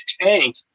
tank